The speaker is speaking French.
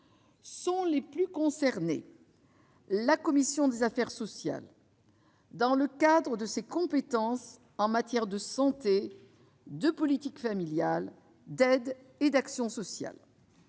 Sont les plus concernées : la commission des affaires sociales, dans le cadre de ses compétences en matière de santé, de politique familiale, d'aide et d'action sociales